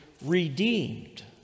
redeemed